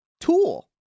Tool